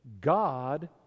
god